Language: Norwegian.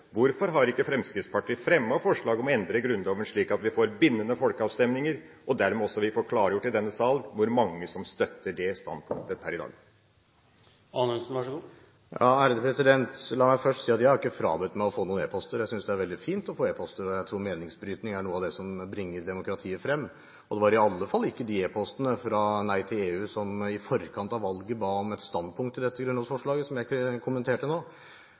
hvorfor har ikke Fremskrittspartiet fremmet forslag om å endre Grunnloven slik at vi får bindende folkeavstemninger, og dermed også får klargjort i denne sal hvor mange som støtter det standpunktet per i dag? La meg først si at jeg ønsker meg ikke frabedt slike e-poster. Jeg synes det er veldig fint å få e-poster, og jeg tror meningsbrytning er noe av det som bringer demokratiet frem. Det var i alle fall ikke de e-postene fra Nei til EU, som i forkant av valget ba om et standpunkt i dette grunnlovsforslaget, som jeg kommenterte nå.